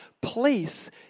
place